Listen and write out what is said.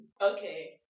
Okay